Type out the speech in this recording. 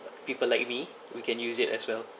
people like me we can use it as well